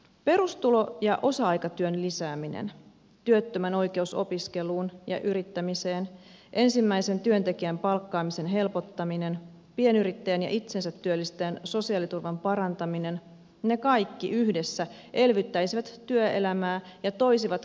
perustulo ja osa aikatyön lisääminen työttömän oikeus opiskeluun ja yrittämiseen ensimmäisen työntekijän palkkaamisen helpottaminen pienyrittäjän ja itsensä työllistäjän sosiaaliturvan parantaminen ne kaikki yhdessä elvyttäisivät työelämää ja toisivat kaivattua joustoa